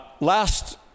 last